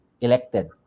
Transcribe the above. elected